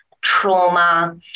trauma